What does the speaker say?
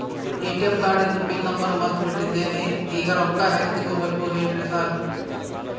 ATM ಕಾರ್ಡಿಂದು pin number ಮರ್ತ್ ಬಿಟ್ಟಿದೇನಿ ಈಗ ರೊಕ್ಕಾ ಹೆಂಗ್ ತೆಗೆಬೇಕು ಹೇಳ್ರಿ ಸಾರ್